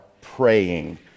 praying